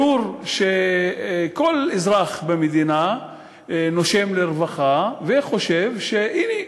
ברור שכל אזרח במדינה נושם לרווחה וחושב שהנה,